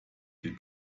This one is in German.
den